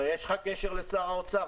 אבל יש לך קשר לשר האוצר,